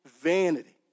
vanity